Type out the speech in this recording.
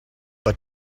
but